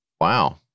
Wow